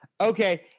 Okay